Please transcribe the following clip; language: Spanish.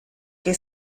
que